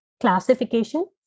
classification